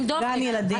דופק.